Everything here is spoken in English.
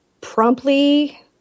promptly